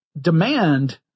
demand